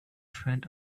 friend